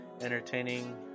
entertaining